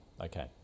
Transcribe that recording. Okay